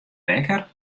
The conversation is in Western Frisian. wekker